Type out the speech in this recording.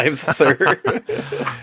sir